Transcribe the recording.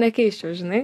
nekeisčiau žinai